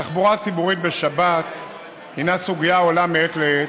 התחבורה הציבורית בשבת הינה סוגיה העולה מעת לעת,